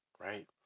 right